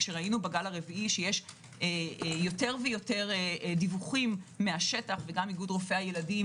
כשראינו בגל הרביעי שיש יותר ויותר דיווחים מהשטח וגם איגוד רופאי הילדים